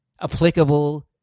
applicable